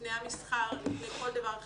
לפני המסחר, לפני כל דבר אחר.